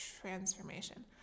transformation